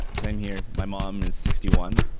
same here. my mom and sixty one.